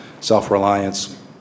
self-reliance